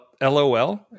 lol